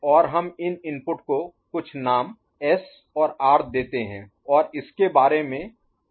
और हम इन इनपुट को कुछ नाम S और R देते हैं और इसके बारे में और बहुत जल्द स्पष्ट हो जाएगा